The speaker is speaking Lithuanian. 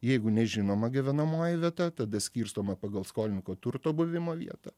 jeigu nežinoma gyvenamoji vieta tada skirstoma pagal skolininko turto buvimo vietą